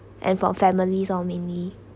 and for families lor mainly